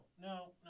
no